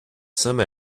some